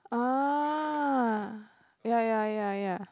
ah ya ya ya ya